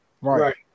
Right